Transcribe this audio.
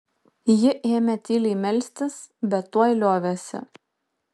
ji ėmė tyliai melstis bet tuoj liovėsi